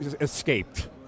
escaped